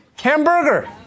Hamburger